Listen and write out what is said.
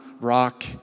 rock